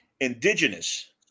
Indigenous